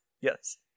Yes